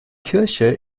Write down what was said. kirche